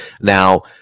Now